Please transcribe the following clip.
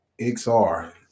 XR